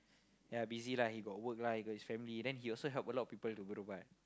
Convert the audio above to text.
yeah busy lah he got work lah he got his family then he also help a lot of people to berubat